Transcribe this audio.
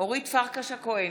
אורית פרקש הכהן,